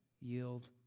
yield